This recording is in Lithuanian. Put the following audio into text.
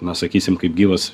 na sakysim kaip gyvas